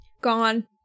Gone